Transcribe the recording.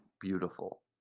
beautiful